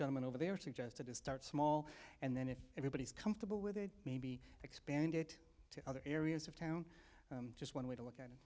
gentleman over there suggested to start small and then if everybody's comfortable with it maybe expand it to other areas of town just one way to look at it